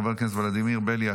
חבר הכנסת רם בן ברק,